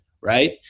right